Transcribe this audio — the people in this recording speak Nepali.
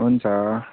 हुन्छ